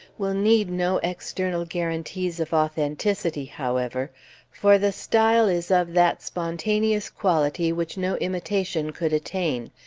will need no external guarantees of authenticity, however for the style is of that spontaneous quality which no imitation could attain,